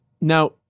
Now